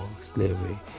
slavery